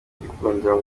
igikundiro